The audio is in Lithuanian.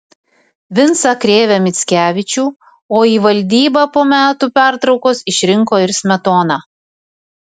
vincą krėvę mickevičių o į valdybą po metų pertraukos išrinko ir smetoną